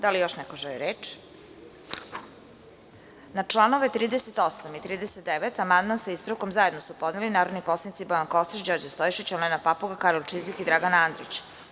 Da li još neko želi reč? (Ne) Na članove 38. i 39. amandman sa ispravkom zajedno su podneli narodni poslanici Bojan Kostreš, Đorđe Stojšić, Olena Papuga, Karolj Čizik i Dragan Andrić.